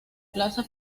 plaza